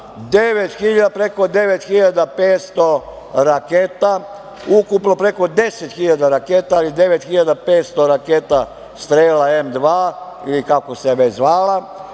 preko 9.500 raketa, ukupno preko 10.000 raketa, ali 9.500 raketa strela M2, ili kako se već zvala,